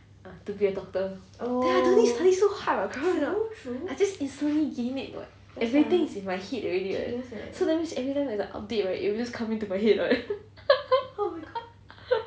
to be a doctor then I don't need study so hard [what] correct or not I just instantly gain it [what] everything is in my head already [what] so that means everytime I have to update right it will just come into my head [what]